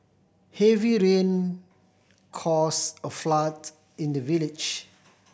heavy rain cause a flood in the village